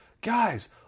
guys